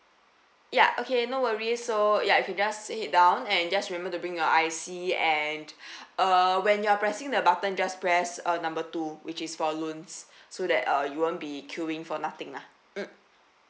ya okay no worries so ya if you just head down and just remember to bring your I_C and uh when you're pressing the button just press uh number two which is for loans so that uh you won't be queueing for nothing lah mm